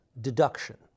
deduction